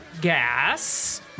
gas